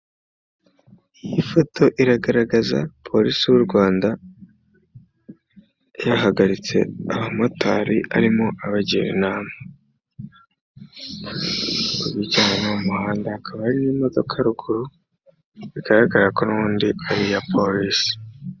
Iyi foto iragaragaza porisi y'u Rwanda yahagaritse abamotari arimo abagira inama mu bijyanye n'umuhanda, hakaba hari n'imodoka ruguru, bigaragara ko n'ubundi ari iya porisi.